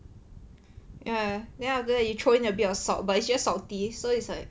ya then after that you throw in a bit of salt but it's just salty so it's like